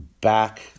back